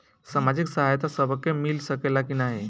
सामाजिक सहायता सबके मिल सकेला की नाहीं?